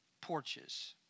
porches